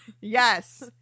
Yes